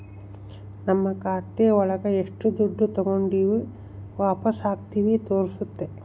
ನಮ್ ಖಾತೆ ಒಳಗ ಎಷ್ಟು ದುಡ್ಡು ತಾಗೊಂಡಿವ್ ವಾಪಸ್ ಹಾಕಿವಿ ತೋರ್ಸುತ್ತೆ